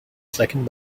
second